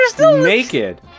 naked